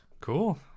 Cool